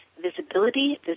Visibility